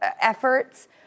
efforts